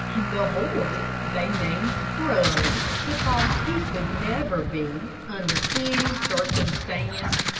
the horse they named scrub, because he could never be, under any circumstance,